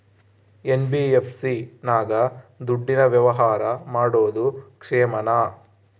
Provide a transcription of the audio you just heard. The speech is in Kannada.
ಎನ್.ಬಿ.ಎಫ್.ಸಿ ನಾಗ ದುಡ್ಡಿನ ವ್ಯವಹಾರ ಮಾಡೋದು ಕ್ಷೇಮಾನ?